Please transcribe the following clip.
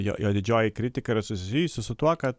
jo jo didžioji kritika yra suzijusi su tuo kad